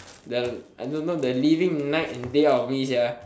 the I don't know the living night and day out of me sia